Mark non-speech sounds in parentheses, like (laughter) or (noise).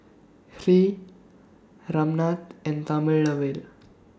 Hri Ramnath and (noise) Thamizhavel